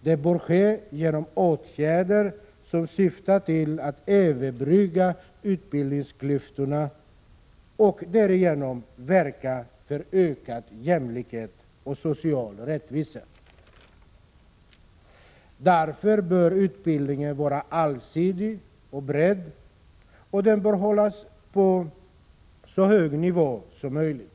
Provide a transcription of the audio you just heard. Det borde ske genom åtgärder som syftar till att överbrygga utbildningsklyftorna och därigenom verka för ökad jämlikhet och social rättvisa. Därför borde utbildningen vara allsidig och bred, och den borde hållas på en så hög nivå som möjligt.